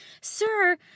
Sir